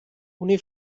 ohne